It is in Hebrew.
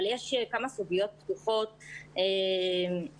עם זאת יש כמה סוגיות פתוחות שאנחנו